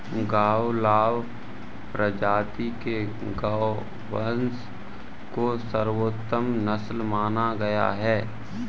गावलाव प्रजाति के गोवंश को सर्वोत्तम नस्ल माना गया है